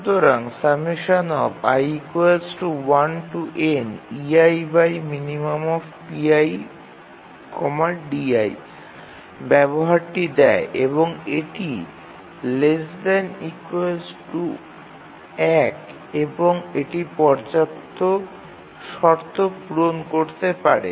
সুতরাংব্যবহারটি দেয় এবং এটি ১ এবং এটি পর্যাপ্ত শর্ত পুরন করতে পারে